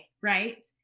right